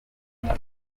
frank